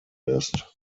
list